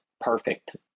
perfect